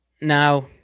Now